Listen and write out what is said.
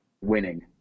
winning